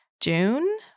June